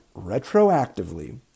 retroactively